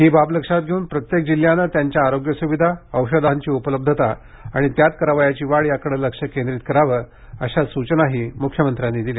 ही बाब लक्षात घेऊन प्रत्येक जिल्ह्यांनं त्यांच्या आरोग्य सुविधा औषधांची उपलब्धता आणि त्यात करावयाची वाढ याकडं लक्ष केंद्रीत करावं अशा सूचनाही मुख्यमंत्र्यांनी दिल्या